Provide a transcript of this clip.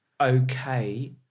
okay